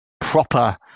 proper